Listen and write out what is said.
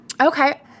Okay